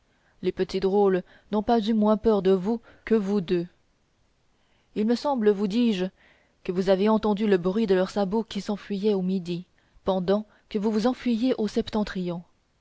les petits drôles n'ont pas eu moins peur de vous que vous d'eux il me semble vous dis-je que vous avez entendu le bruit de leurs sabots qui s'enfuyait au midi pendant que vous vous enfuyiez au septentrion